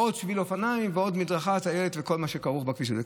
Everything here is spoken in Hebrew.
ועוד שביל אופניים ועוד מדרכה וכל מה שכרוך בכביש הזה.